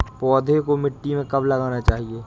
पौधें को मिट्टी में कब लगाना चाहिए?